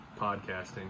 podcasting